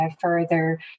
further